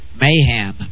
mayhem